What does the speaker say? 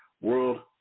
world